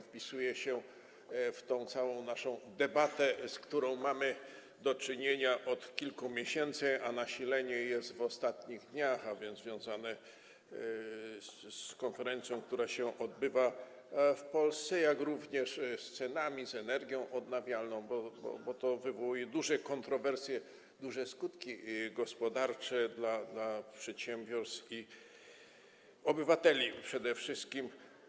Wpisuje się w całą naszą debatę, z którą mamy do czynienia od kilku miesięcy, a jej nasilenie jest w ostatnich dniach, co jest związane z konferencją, która odbywa się w Polsce, jak również z cenami, z energią odnawialną, bo to wywołuje duże kontrowersje, duże skutki gospodarcze dla przedsiębiorstw i obywateli przede wszystkim.